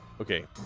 Okay